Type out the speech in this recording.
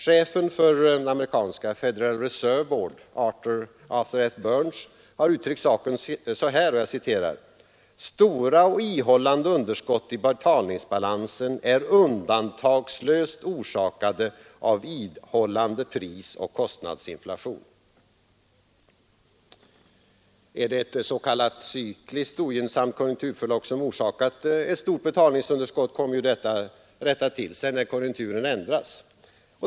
Chefen för den amerikanska Federal Reserve Board, Arthur F. Burns, har uttryckt saken så här: ”Stora och ihållande underskott i betalningsbålansen är undantagslöst orsakade av ihållande prisoch kostnadsinflation.” Är det ett s.k. cykliskt ogynnsamt konjunkturförlopp som orsakat ett stort betalningsunderskott, kommer ju detta att rätta till sig när konjunkturerna ändras.